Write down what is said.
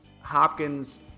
hopkins